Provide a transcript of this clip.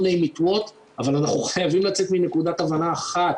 אבל אנחנו חייבים לצאת מנקודת הבנה אחת: